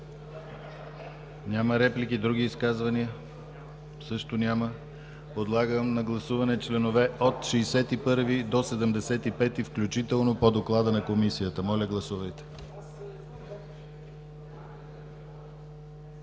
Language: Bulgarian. Няма реплики. Други изказвания? Също няма. Подлагам на гласуване членове от 61 до 75 включително по доклада на Комисията. Гласували